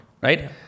right